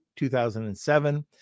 2007